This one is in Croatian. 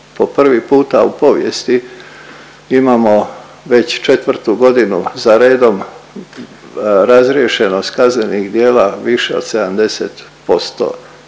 po prvi puta u povijesti imamo već 4. godinu za redom razriješenost kaznenih djela više od 70%